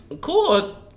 Cool